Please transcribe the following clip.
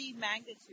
magnitude